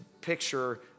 picture